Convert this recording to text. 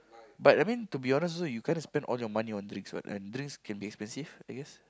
but I mean to be honest also you kinda spend all your money on drinks [what] and drinks can be expensive I guess